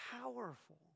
powerful